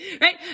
right